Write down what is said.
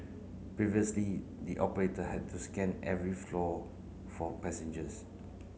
previously the operator had to scan every floor for passengers